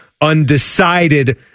undecided